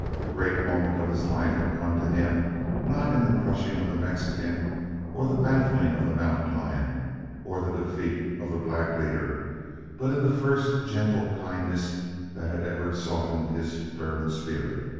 the great moment of his life had come to him not in the crushing of the mexican or the baffling of the mountain lion or the defeat of the black leader but in the first gentle kindness that had ever softened his stern spirit.